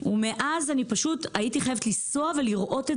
ומאז פשוט הייתי חייבת לנסוע ולראות את